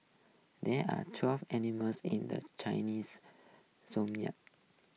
there are twelve animals in the Chinese zodiac